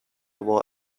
war